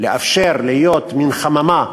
להיות מין חממה